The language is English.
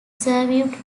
survived